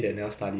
is